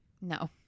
No